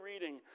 reading